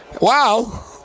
Wow